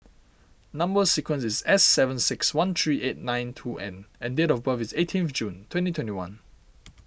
Number Sequence is S seven six one three eight nine two N and date of birth is eighteenth June twenty twenty one